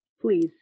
Please